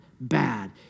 bad